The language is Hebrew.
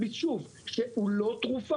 שוב, הקנביס הוא לא תרופה,